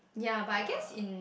ya